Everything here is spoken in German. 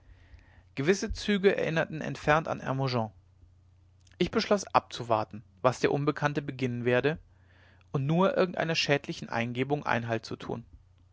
gewisse züge erinnerten entfernt an hermogen ich beschloß abzuwarten was der unbekannte beginnen werde und nur irgendeiner schädlichen unternehmung einhalt zu tun